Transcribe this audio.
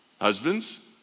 Husbands